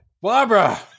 Barbara